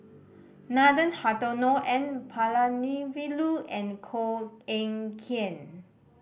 Nathan Hartono N Palanivelu and Koh Eng Kian